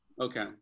Okay